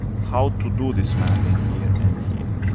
how to do this mapping here and here?